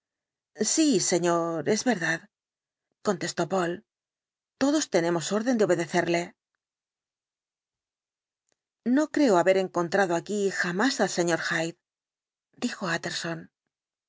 sí señor es verdad contestó poole todos tenemos orden de obedecerle no creo haber encontrado aquí jamás al sr hyde dijo utterson